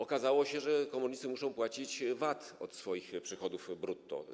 Okazało się, że komornicy muszą płacić VAT od swoich przychodów brutto.